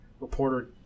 reporter